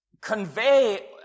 convey